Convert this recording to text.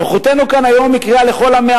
נוכחותנו כאן היום היא קריאה לכל עמי